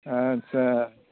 आस्सा